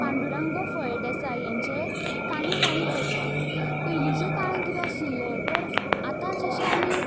पांडुरंग फळदेसाय हेंचें काणी काणी कोतवा पयलींच्या काळान कितें आशिल्लें तर आतां जशें आमी